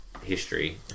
history